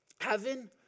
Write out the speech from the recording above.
heaven